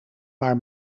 maar